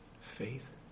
faith